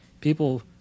people